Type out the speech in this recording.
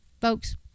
Folks